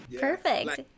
Perfect